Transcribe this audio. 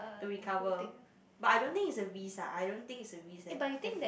to recover but I don't think is the risk lah I don't think is the risk leh